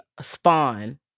spawn